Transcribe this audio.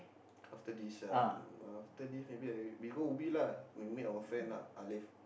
after this ah uh after this maybe I we go Ubi lah we meet our friend lah Halif